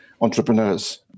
entrepreneurs